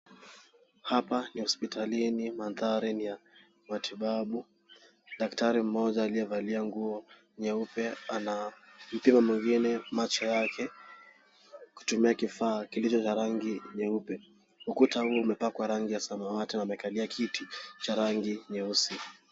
Hapa ni hospitalini mandhari ni ya matibabu. Daktari mmoja aliyevalia nguo nyeupe anampima mwingine macho yake kutumia kifaa kilicho cha rangi nyeupe. Ukuta huu umepakwa rangi ya samawati na amekalia kiti cha rangi nyeusi.